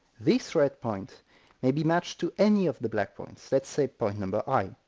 this red point may be matched to any of the black points let's say point number i.